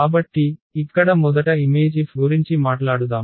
కాబట్టి ఇక్కడ మొదట IMF గురించి మాట్లాడుదాం